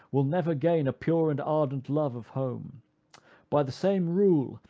will never gain a pure and ardent love of home by the same rule,